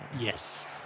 Yes